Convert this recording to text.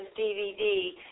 DVD